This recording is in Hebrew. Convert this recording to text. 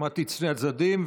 שמעתי את שני הצדדים,